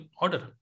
order